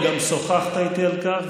וגם שוחחת איתי על כך,